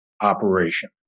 operation